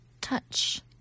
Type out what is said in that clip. touch